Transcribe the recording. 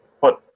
put